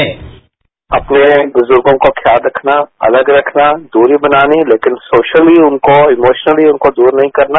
bite अपने बुजुर्गो का ख्याल रखना अलग रखना दूरी बनानी लेकिन सोशली उनको इमोशली उनको दूरनहीं करना